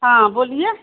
हाँ बोलिए